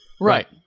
Right